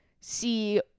see